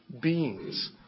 beings